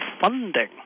funding